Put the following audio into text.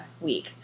week